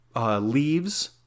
leaves